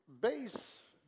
base